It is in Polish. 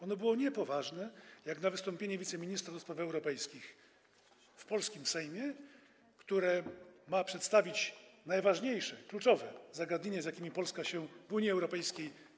Ono było niepoważne jak na wystąpienie wiceministra ds. europejskich w polskim Sejmie, który ma przedstawić najważniejsze, kluczowe zagadnienia, z jakimi Polska mierzyła się w Unii Europejskiej.